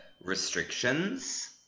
restrictions